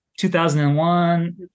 2001